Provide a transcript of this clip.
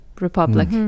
Republic